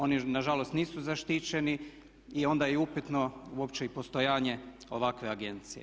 Oni nažalost nisu zaštićeni i onda je i upitno uopće i postojanje ovakve agencije.